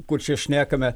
kur čia šnekame